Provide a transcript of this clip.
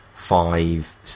Five